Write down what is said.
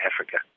Africa